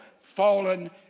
fallen